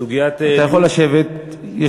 סוגיית הדיון